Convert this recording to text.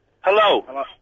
Hello